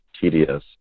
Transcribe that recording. tedious